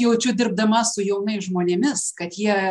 jaučiu dirbdama su jaunais žmonėmis kad jie